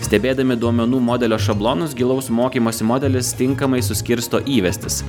stebėdami duomenų modelio šablonus gilaus mokymosi modelis tinkamai suskirsto įvestis